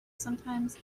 sometimes